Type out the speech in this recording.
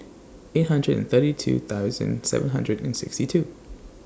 eight hundred and thirty two thousand seven hundred and sixty two